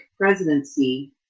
presidency –